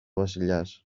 βασιλιάς